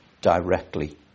directly